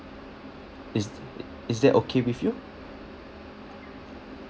is th~ is that okay with you